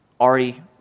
already